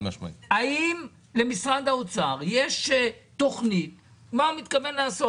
האם למשרד האוצר יש תכנית מה הוא מתכוון לעשות?